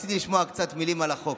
רציתי לשמוע קצת מילים על החוק,